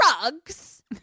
drugs